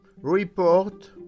report